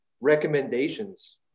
recommendations